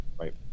Right